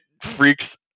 freaks